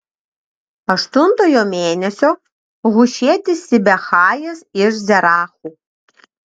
aštuntojo mėnesio hušietis sibechajas iš zerachų